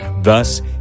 Thus